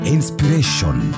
Inspiration